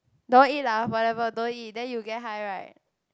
don't eat lah whatever don't eat then you get high right